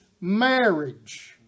marriage